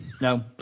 No